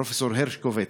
פרופ' הרשקוביץ,